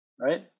right